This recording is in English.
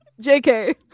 jk